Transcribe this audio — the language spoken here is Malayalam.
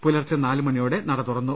പുലർച്ചെ നാലുമണിയോടെ നട തുറന്നു